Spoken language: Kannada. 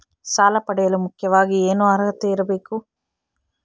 ಸಾಲ ಪಡೆಯಲು ಮುಖ್ಯವಾಗಿ ಏನು ಅರ್ಹತೆ ಇರಬೇಕು?